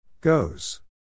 Goes